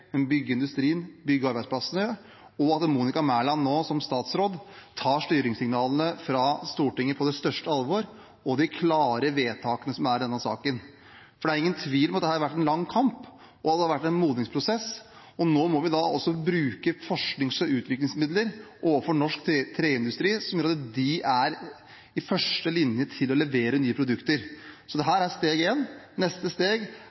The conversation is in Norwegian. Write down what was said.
men også bygge industrien og bygge industriarbeidsplassene, og at Monica Mæland som statsråd nå tar styringssignalene fra Stortinget og de klare vedtakene i denne saken på det største alvor. For det er ingen tvil om at det har vært en lang kamp og en modningsprosess. Nå må vi bruke forsknings- og utviklingsmidler overfor norsk treindustri som gjør at de er i første linje til å levere nye produkter. Dette er første steg. Neste steg